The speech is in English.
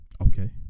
Okay